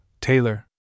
Taylor